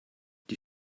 die